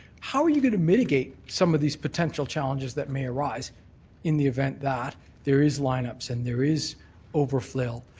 how are you going to mitigate some of these potential challenges that may arise in the event that there is line-ups and there is overfill,